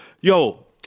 yo